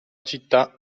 città